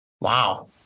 Wow